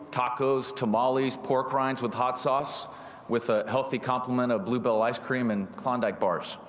tacos, timalies, pork reigns with hot sauce with a healthy compliment of blue bell ice cream and klondike bars.